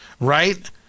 right